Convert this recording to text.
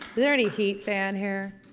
there any heat fan here?